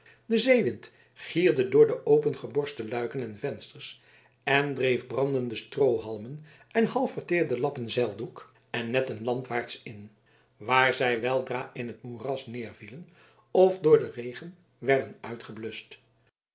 de zeewind gierde door de opengeborsten luiken en vensters en dreef brandende stroohalmen en half verteerde lappen zeildoek en netten landwaarts in waar zij weldra in het moeras neervielen of door den regen werden uitgebluscht